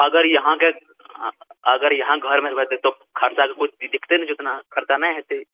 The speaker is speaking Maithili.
अगर यहाँके अगर यहाँ घरमे रहबै तऽ खर्चाके कोइ दिक्कते नहि छै ओतना खर्चा नहि हेतै